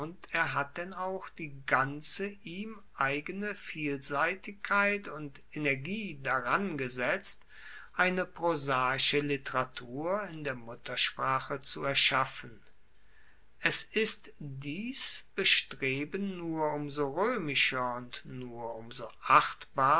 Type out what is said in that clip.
er hat denn auch die ganze ihm eigene vielseitigkeit und energie daran gesetzt eine prosaische literatur in der muttersprache zu erschaffen es ist dies bestreben nur um so roemischer und nur um so